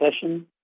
session